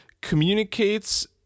communicates